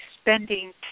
spending